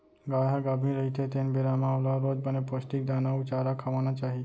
गाय ह गाभिन रहिथे तेन बेरा म ओला रोज बने पोस्टिक दाना अउ चारा खवाना चाही